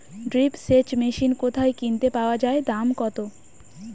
Drip সেচ machine কোথায় কিনতে পাওয়া যায় দাম কত?